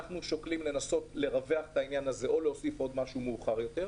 אנחנו שוקלים לרווח את העניין הזה ולהוסיף בהמשך משהו מורחב יותר.